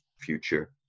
future